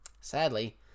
Sadly